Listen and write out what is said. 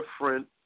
different